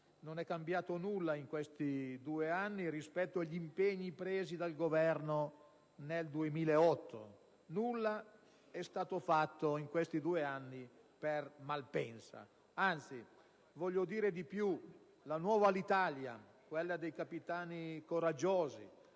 non è cambiato nulla rispetto agli impegni presi dal Governo nel 2008: nulla è stato fatto, in questi due anni, per Malpensa, anzi. Voglio dire di più: la nuova Alitalia, quella dei capitani coraggiosi,